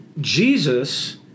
Jesus